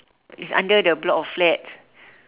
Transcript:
it's under the block of flats